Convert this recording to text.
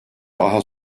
daha